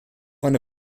eine